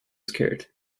scared